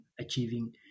achieving